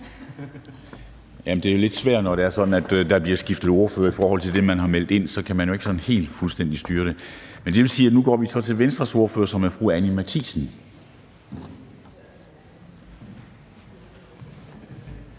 det er sådan, at der bliver skiftet ordfører i forhold til det, der er meldt ind – så kan man jo ikke sådan helt fuldstændig styre det. Men det vil sige, at nu går vi så til Venstres ordfører, som er fru Anni Matthiesen.